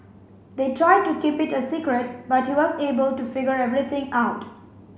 they tried to keep it a secret but he was able to figure everything out